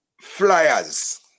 flyers